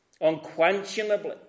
unquestionably